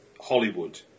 Hollywood